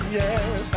yes